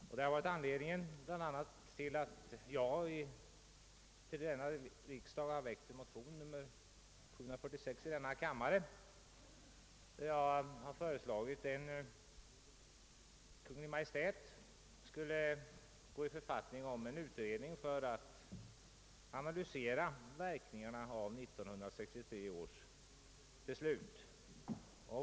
Den känslan var också en av anledningarna till att jag väckt motion II: 746 till årets riksdag, i vilken jag föreslagit att Kungl. Maj:t skall tillsätta en utredning med uppgift att analysera verkningarna av 1963 års beslut.